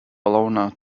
bologna